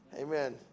Amen